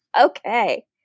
okay